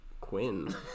Quinn